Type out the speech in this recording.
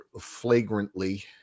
flagrantly